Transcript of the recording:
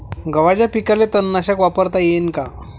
गव्हाच्या पिकाले तननाशक वापरता येईन का?